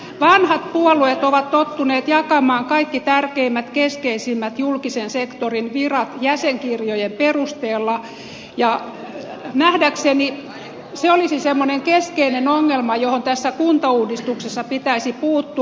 vanhat puolueet ovat tottuneet jakamaan kaikki tärkeimmät keskeisimmät julkisen sektorin virat jäsenkirjojen perusteella ja nähdäkseni se olisi semmoinen keskeinen ongelma johon tässä kuntauudistuksessa pitäisi puuttua